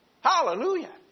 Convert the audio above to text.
Hallelujah